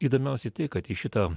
įdomiausia tai kad į šitą